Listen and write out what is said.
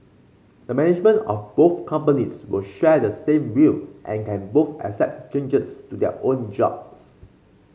the management of both companies will share the same will and can both accept changes to their own jobs